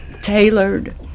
tailored